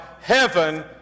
heaven